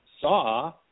saw